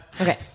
Okay